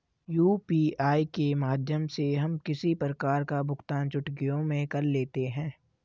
UPI के माध्यम से हम किसी प्रकार का भुगतान चुटकियों में कर लेते हैं